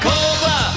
Cobra